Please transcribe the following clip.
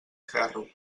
ferro